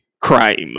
crime